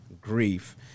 grief